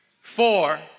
four